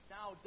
now